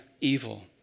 evil